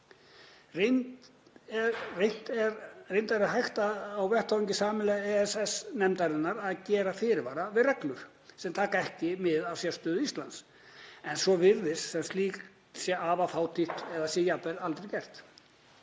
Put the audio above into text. Reyndar er hægt á vettvangi sameiginlegu EES-nefndarinnar að gera fyrirvara við reglur sem taka ekki mið af sérstöðu Íslands en svo virðist sem slíkt sé afar fátítt eða sé jafnvel aldrei gert.